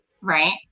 right